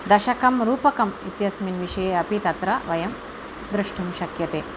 दशकं रूपकम् इत्यस्मिन् विषये अपि तत्र वयं द्रष्टुं शक्यते